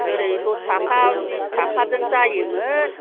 ओरै दस थाखा बिस थाखाजों जायोमोन